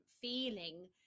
feeling